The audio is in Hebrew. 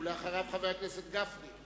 אחריו, חבר הכנסת גפני.